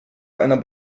einer